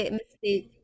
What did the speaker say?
mistake